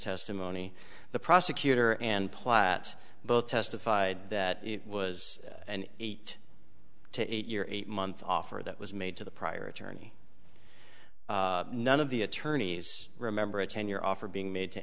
testimony the prosecutor and platt both testified that it was an eight to eight year eight month offer that was made to the prior attorney none of the attorneys remember a ten year offer being made to